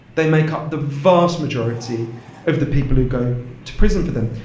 they make up the vast majority of the people who go to prison for them.